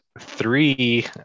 three